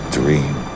dream